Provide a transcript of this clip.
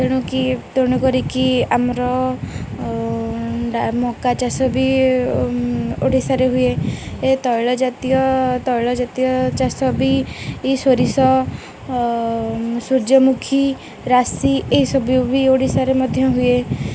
ତେଣୁକି ତେଣୁ କରିକି ଆମର ମକା ଚାଷ ବି ଓଡ଼ିଶାରେ ହୁଏ ତୈଳ ଜାତୀୟ ତୈଳ ଜାତୀୟ ଚାଷ ବି ସୋରିଷ ସୂର୍ଯ୍ୟମୁଖୀ ରାଶି ଏହିସବୁ ବି ଓଡ଼ିଶାରେ ମଧ୍ୟ ହୁଏ